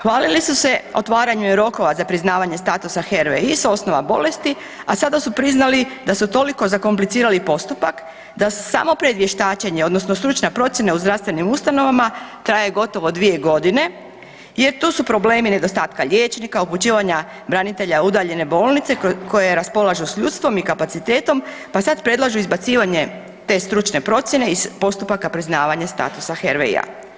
Hvalili su se otvaranjem rokova za priznavanje statusa HRVI i s osnova bolesti, a sada su priznali da su toliko zakomplicirali postupak da se samo pred vještačenje odnosno stručna procjena u zdravstvenim ustanovama traje gotovo 2.g. jer tu su problemi nedostatka liječnika, upućivanja branitelja u udaljene bolnice koje raspolažu s ljudstvom i kapacitetom, pa sad predlažu izbacivanje te stručne procjene iz postupaka priznavanja statusa HRVI.